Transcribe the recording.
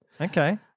Okay